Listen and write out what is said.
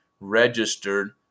registered